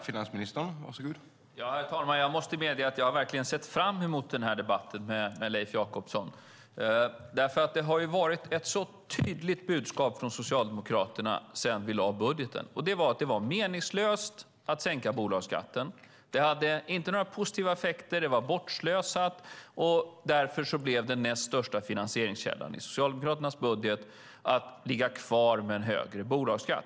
Herr talman! Jag måste medge att jag verkligen har sett fram emot denna debatt med Leif Jakobsson. Det har varit ett så tydligt budskap från Socialdemokraterna sedan vi lade fram budgeten, nämligen att det var meningslöst att sänka bolagsskatten. Det hade inte några positiva effekter, och det var bortslösat. Därför blev den näst största finansieringskällan i Socialdemokraternas budget att ligga kvar med en högre bolagsskatt.